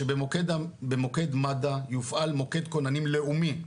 שבמוקד מד"א יופעל מוקד כוננים לאומי,